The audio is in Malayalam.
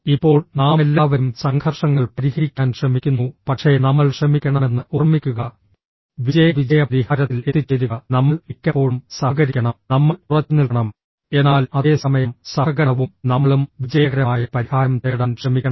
ഇപ്പോൾ നാമെല്ലാവരും സംഘർഷങ്ങൾ പരിഹരിക്കാൻ ശ്രമിക്കുന്നു പക്ഷേ നമ്മൾ ശ്രമിക്കണമെന്ന് ഓർമ്മിക്കുക വിജയ വിജയ പരിഹാരത്തിൽ എത്തിച്ചേരുക നമ്മൾ മിക്കപ്പോഴും സഹകരിക്കണം നമ്മൾ ഉറച്ചുനിൽക്കണം എന്നാൽ അതേ സമയം സഹകരണവും നമ്മളും വിജയകരമായ പരിഹാരം തേടാൻ ശ്രമിക്കണം